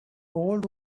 old